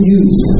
use